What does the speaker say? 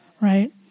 right